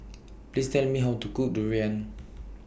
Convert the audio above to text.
Please Tell Me How to Cook Durian